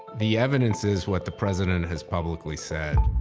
the evidence is what the president has publicly said.